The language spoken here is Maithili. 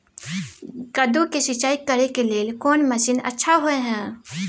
कद्दू के सिंचाई करे के लेल कोन मसीन अच्छा होय है?